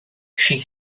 she